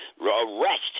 arrest